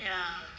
ya